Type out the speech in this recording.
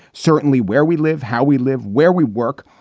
certainly where we live, how we live, where we work,